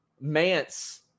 Mance